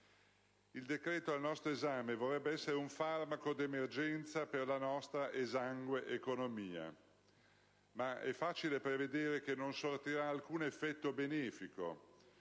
Il decreto al nostro esame vorrebbe essere un farmaco d'emergenza per la nostra esangue economia, ma è facile prevedere che non sortirà alcun effetto benefico,